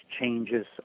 changes